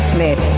Smith